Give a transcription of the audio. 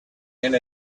and